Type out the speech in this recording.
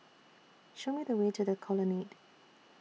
Show Me The Way to The Colonnade